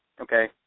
okay